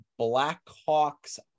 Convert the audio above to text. Blackhawks